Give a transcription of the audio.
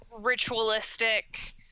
ritualistic